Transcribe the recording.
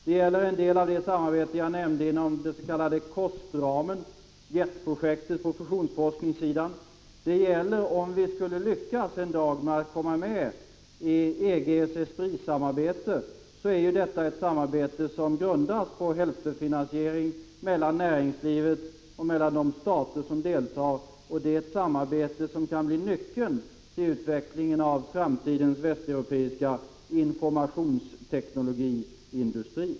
Det gäller en del av det samarbete jag nämnde inom den s.k. COST-ramen, bl.a. JET-projektet på fusionsforskningssidan. Om vi en dag skulle lyckas att komma med i EG:s ESPRIT-samarbete, skall vi komma ihåg att detta är ett samarbete som grundas på hälftenfinansiering mellan näringslivet och mellan de stater som deltar. Det är ett samarbete som kan bli nyckeln till utvecklingen av framtidens västeuropeiska informationsteknologiindustri.